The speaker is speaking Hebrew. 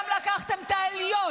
אליטה,